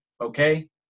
Okay